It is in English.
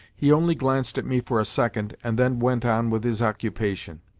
he only glanced at me for a second and then went on with his occupation.